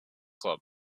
club